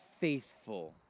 faithful